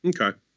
Okay